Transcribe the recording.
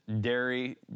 dairy